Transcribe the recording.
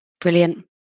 Brilliant